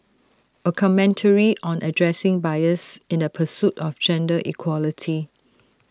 A commentary on addressing bias in the pursuit of gender equality